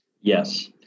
yes